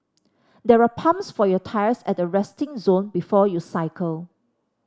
there are pumps for your tyres at the resting zone before you cycle